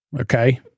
Okay